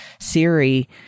Siri